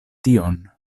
tion